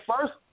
First